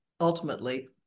ultimately